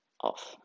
off